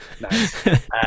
nice